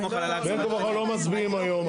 בין כה וכה לא מצביעים היום.